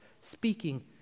speaking